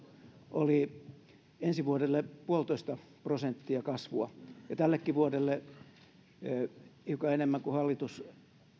oli ensi vuodelle puolitoista prosenttia kasvua ja tällekin vuodelle hiukan enemmän kuin hallitus